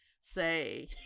say